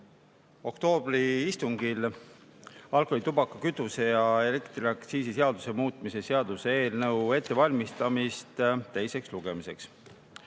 oktoobri istungil alkoholi‑, tubaka‑, kütuse‑ ja elektriaktsiisi seaduse muutmise seaduse eelnõu ettevalmistamist teiseks lugemiseks.